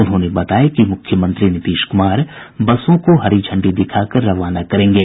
उन्होंने बताया कि मुख्यमंत्री नीतीश कुमार बसों को हरी झंडी दिखाकर रवाना करेंगे